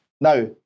now